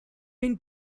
been